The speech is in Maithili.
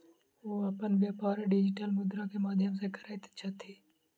ओ अपन व्यापार डिजिटल मुद्रा के माध्यम सॅ करैत छथि